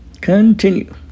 Continue